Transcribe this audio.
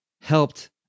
helped